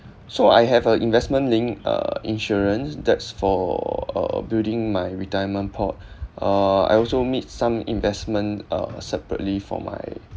so I have a investment linked uh insurance that's for uh building my retirement pot uh I also mix some investment uh separately for my